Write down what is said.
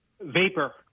Vapor